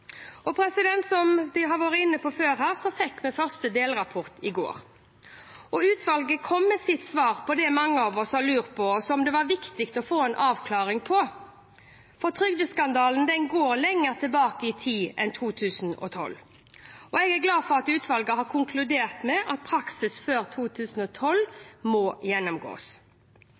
Som flere har vært inne på før i dag, fikk vi første delrapport i går. Utvalget kom med sitt svar på det mange av oss har lurt på, og som det var viktig å få en avklaring på. Trygdeskandalen går lenger tilbake i tid enn 2012, og jeg er glad for at utvalget har konkludert med at praksisen før 2012 må gjennomgås.